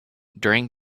during